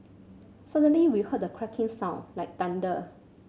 suddenly we heard a cracking sound like thunder